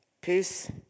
Peace